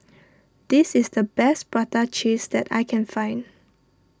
this is the best Prata Cheese that I can find